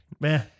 man